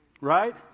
Right